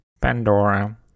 Pandora